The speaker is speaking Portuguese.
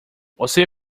você